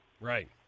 right